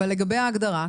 אבל לגבי ההגדרה,